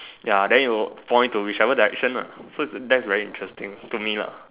ya then it will point to whichever direction lah so that's very interesting to me lah